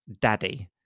daddy